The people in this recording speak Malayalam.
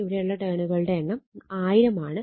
ഇവിടെയുള്ള ടേണുകളുടെ എണ്ണം 1000 ആണ്